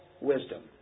wisdom